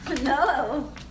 No